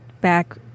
back